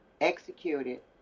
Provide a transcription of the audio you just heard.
executed